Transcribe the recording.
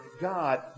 God